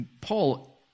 Paul